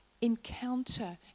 encounter